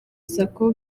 sako